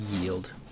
Yield